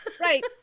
right